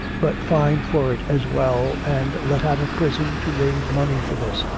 but fined for it as well, and let out of prison to raise money for this,